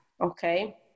okay